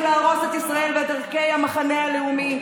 להרוס את ישראל ואת ערכי המחנה הלאומי.